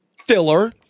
filler